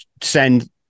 send